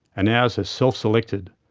and ours has self-selected,